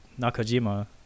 nakajima